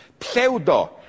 pseudo